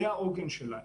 זה העוגן שלה.